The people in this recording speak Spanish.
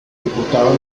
diputado